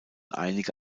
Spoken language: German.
einige